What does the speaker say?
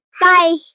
Bye